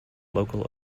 local